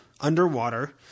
underwater